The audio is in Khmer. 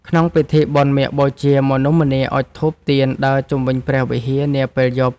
ក្នុងពិធីបុណ្យមាឃបូជា មនុស្សម្នាអុជទៀនដើរជុំវិញព្រះវិហារនាពេលយប់។